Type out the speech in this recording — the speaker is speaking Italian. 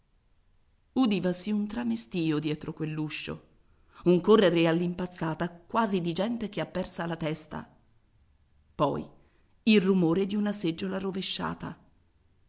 bianca udivasi un tramestìo dietro quell'uscio un correre all'impazzata quasi di gente che ha persa la testa poi il rumore di una seggiola rovesciata